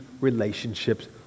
relationships